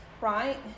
right